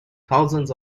thousands